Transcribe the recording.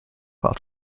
while